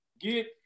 get